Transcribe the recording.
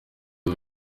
ubu